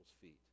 feet